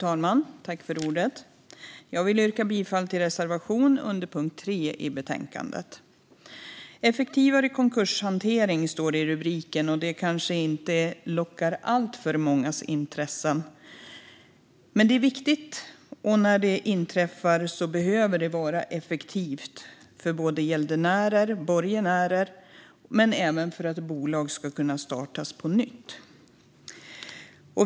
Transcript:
Fru talman! Jag yrkar bifall till reservation 2 under punkt 3 i betänkandet. Effektivare konkurshantering står det i rubriken, och det kanske inte lockar alltför mångas intresse. Men det är viktigt, och när konkurser inträffar behöver hanteringen vara effektiv för både gäldenärer och borgenärer och för att bolag ska kunna startas på nytt.